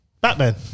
Batman